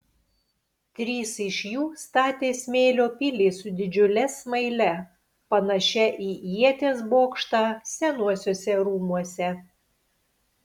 trys iš jų statė smėlio pilį su didžiule smaile panašią į ieties bokštą senuosiuose rūmuose